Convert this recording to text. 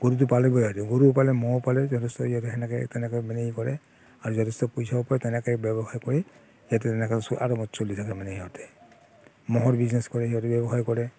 গৰুটো পালিবই সিহঁতে গৰুও পালে ম'হ পালে যথেষ্ট সিহঁতে সেনেকৈ তেনেকৈ মানে ই কৰে আৰু যথেষ্ট পইচাও পায় তেনেকৈ ব্যৱসায় কৰি সিহঁতে তেনেকৈ চ আৰামত চলি থাকে মানে সিহঁতে ম'হৰ বিজনেছ কৰে সিহঁতে ব্যৱসায় কৰে